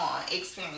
experience